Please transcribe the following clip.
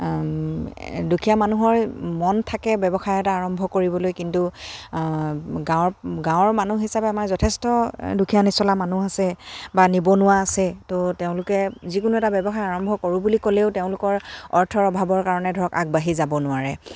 দুখীয়া মানুহৰ মন থাকে ব্যৱসায় এটা আৰম্ভ কৰিবলৈ কিন্তু গাঁৱৰ গাঁৱৰ মানুহ হিচাপে আমাৰ যথেষ্ট দুখীয়া নিচলা মানুহ আছে বা নিবনুৱা আছে ত' তেওঁলোকে যিকোনো এটা ব্যৱসায় আৰম্ভ কৰোঁ বুলি ক'লেও তেওঁলোকৰ অৰ্থৰ অভাৱৰ কাৰণে ধৰক আগবাঢ়ি যাব নোৱাৰে